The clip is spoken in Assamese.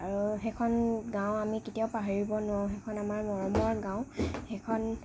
আৰু সেইখন গাওঁ আমি কেতিয়াও পাহৰিব নোৱাৰোঁ সেইখন আমাৰ মৰমৰ গাওঁ সেইখন